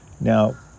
Now